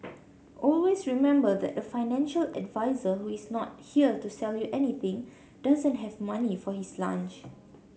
always remember that a financial advisor who is not here to sell you anything doesn't have money for his lunch